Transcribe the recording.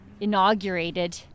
inaugurated